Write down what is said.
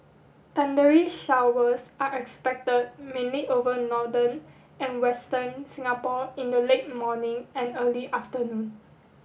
thundery showers are expect mainly over northern and western Singapore in the late morning and early afternoon